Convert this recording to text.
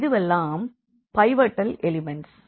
இதுவெல்லாம் pivotal elements